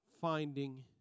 finding